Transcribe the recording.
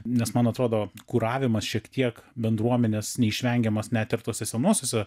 nes man atrodo kuravimas šiek tiek bendruomenės neišvengiamas net ir tuose senuosiuose